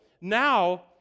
now